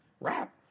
rap